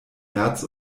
märz